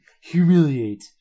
humiliate